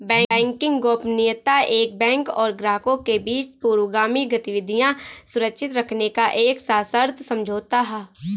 banking गोपनीयता एक bank और ग्राहकों के बीच पूर्वगामी गतिविधियां सुरक्षित रखने का एक सशर्त समझौता है